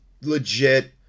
legit